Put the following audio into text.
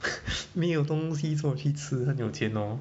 没有东西做去吃很有钱哦